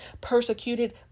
persecuted